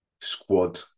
squad